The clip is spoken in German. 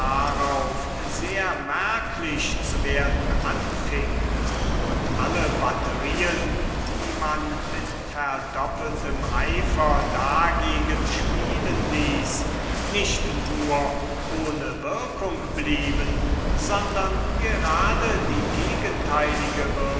darauf sehr merklich zu werden anfing und alle batterien die man mit verdoppeltem eifer dagegen spielen ließ nicht nur ohne wirkung blieben sondern gerade die gegenteilige